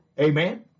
Amen